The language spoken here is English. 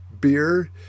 beer